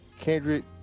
kendrick